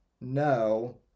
no